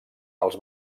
els